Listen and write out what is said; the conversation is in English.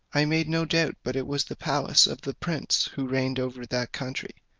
i made no doubt but it was the palace of the prince who reigned over that country